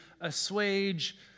assuage